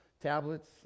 tablets